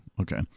Okay